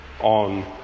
on